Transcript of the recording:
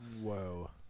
Whoa